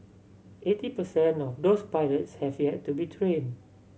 eighty per cent of those pilots have yet to be train